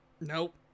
Nope